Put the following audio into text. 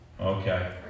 Okay